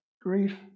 grief